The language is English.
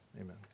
Amen